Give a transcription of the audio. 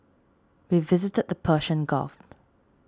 we visited the Persian Gulf